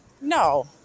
No